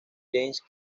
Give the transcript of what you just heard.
james